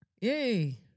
Yay